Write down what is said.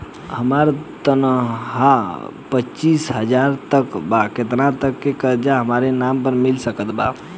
हमार तनख़ाह पच्चिस हज़ार बाटे त केतना तक के कर्जा हमरा नाम पर मिल सकत बा?